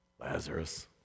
Lazarus